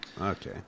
Okay